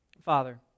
Father